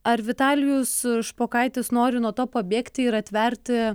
ar vitalijus špokaitis nori nuo to pabėgti ir atverti